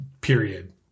Period